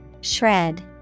Shred